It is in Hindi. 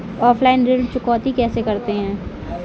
ऑफलाइन ऋण चुकौती कैसे करते हैं?